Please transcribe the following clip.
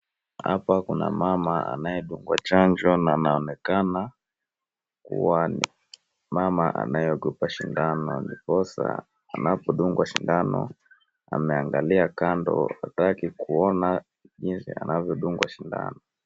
Hapa kuna mama anayedungwa chanjo na anaonekana kuwa ni mama anayeogopa sindano ndiposa anapodungwa sindano ameangalia kando hataki kuona jinsi anavyodungwa sindano.